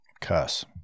Cuss